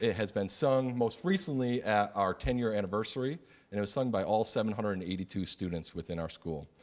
has been sung most recently at our ten year anniversary, and it was sung by all seven hundred and eighty two students within our school.